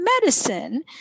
medicine